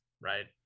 right